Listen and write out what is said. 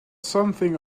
something